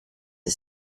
the